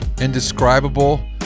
Indescribable